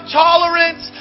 tolerance